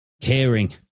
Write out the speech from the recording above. caring